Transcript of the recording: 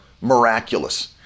miraculous